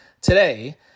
today